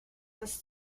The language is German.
ist